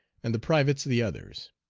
and the privates the others.